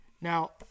Now